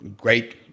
great